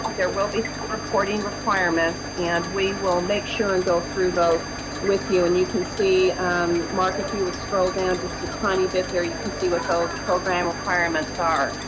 there will be so reporting requirements and we will make sure and go through those with you. and you can see umm mark if you would scroll down just a tiny bit there, you can see what those program requirements are.